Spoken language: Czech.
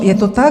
Je to tak.